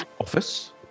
office